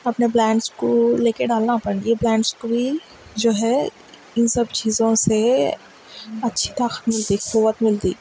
اپنے پلانٹس کو لے کے ڈالنا اپن یہ پلانٹس کو بھی جو ہے ان سب چیزوں سے اچھی طاقت ملتی قوت ملتی